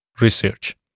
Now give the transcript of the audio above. research